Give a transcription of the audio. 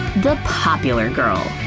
the popular girl